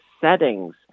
settings